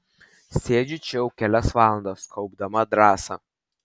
sėdžiu čia jau kelias valandas kaupdama drąsą